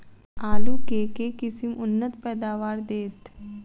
आलु केँ के किसिम उन्नत पैदावार देत?